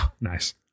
Nice